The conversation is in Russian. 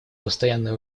постоянное